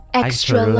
extra